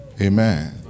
Amen